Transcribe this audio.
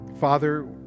Father